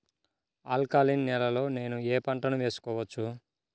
Alkaline నేలలో నేనూ ఏ పంటను వేసుకోవచ్చు?